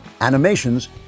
Animations